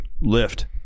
lift